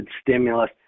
stimulus